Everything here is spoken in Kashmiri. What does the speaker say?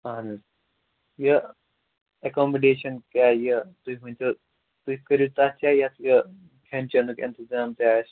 اَہَن حظ یہِ ایٚکامِڈیشَن کیٛاہ یہِ تُہۍ ؤنی تَو تُہۍ کٔرو تَتھ جایہِ یَتھ یہِ کھیٚن چھیٚنُک انتظام تہِ آسہِ